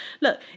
look